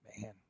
man